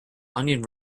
onion